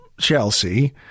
Chelsea